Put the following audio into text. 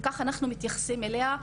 וככה אנחנו מתייחסים אליה.